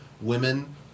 women